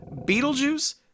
Beetlejuice